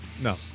No